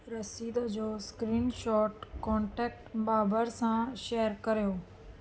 रसीद जो screenshot contact बाबर सां शेयर कयो